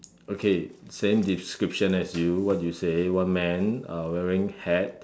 okay same description as you what you say one man uh wearing hat